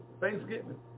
Thanksgiving